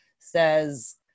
says